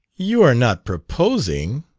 you are not proposing?